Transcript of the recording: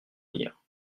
lire